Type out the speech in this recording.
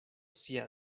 sia